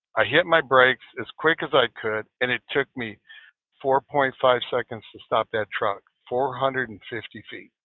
ah hit the breaks as quick as i could, and it took me four point five seconds to stop that truck, four hundred and fifty ft.